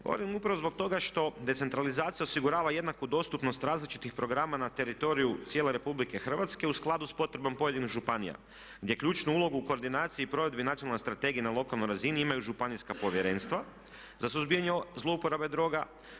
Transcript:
Govorim upravo zbog toga što decentralizacija osigurava jednaku dostupnost različitih programa na teritoriju cijele Republike Hrvatske u skladu sa potrebom pojedinih županija gdje ključnu ulogu u koordinaciji i provedbi Nacionalne strategije na lokalnoj razini imaju županijska povjerenstva za suzbijanje zlouporabe droga.